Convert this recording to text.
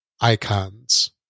icons